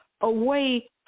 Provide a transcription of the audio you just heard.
away